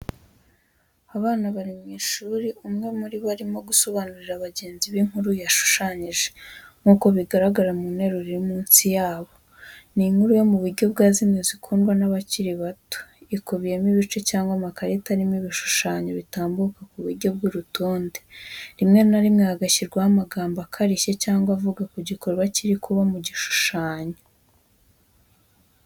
Abana bari mu ishuri, umwe muri bo arimo gusobanurira bagenzi be inkuru yashushanyije, nk’uko bigaragara mu nteruro iri munsi yacyo, ni inkuru yo mu buryo bwa zimwe zikundwa n'abakiri bato, ikubiyemo ibice cyangwa amakarita arimo ibishushanyo bitambuka ku buryo bw'urutonde, rimwe na rimwe hagashyirwaho amagambo agareshya cyangwa avuga ku gikorwa kiri kuba mu gishushanyo.